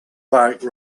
bike